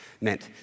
meant